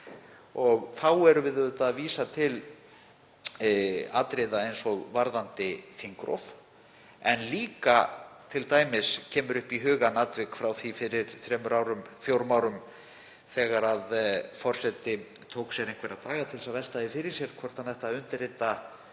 Þá erum við auðvitað að vísa til atriða eins og varðandi þingrof en líka t.d. kemur upp í hugann atvik frá því fyrir þremur, fjórum árum þegar forseti tók sér einhverja daga til þess að velta því fyrir sér hvort hann ætti að undirrita